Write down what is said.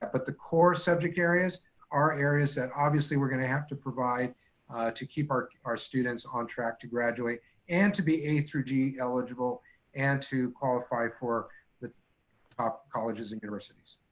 but the core subject areas are areas that obviously we're gonna have to provide to keep our our students on track, to graduate and to be a through g eligible and to qualify for the top colleges and universities.